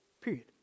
period